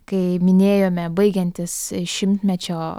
kai minėjome baigiantis šimtmečio